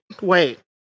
wait